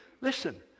listen